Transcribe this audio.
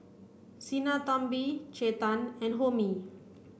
Sinnathamby Chetan and Homi